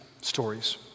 stories